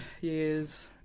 years